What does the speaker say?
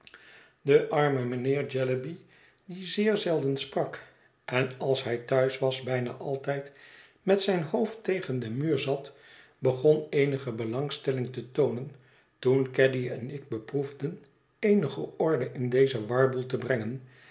de arme mijnheer jellyby die zeer zelden sprak en als hij thuis was bijna altijd met zijn hoofd tegen den muur zat begon eenige belangstelling te toonen toen caddy en ik beproefden eenige orde in dezen warboel te brengen